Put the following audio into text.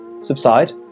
subside